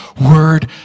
word